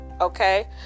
Okay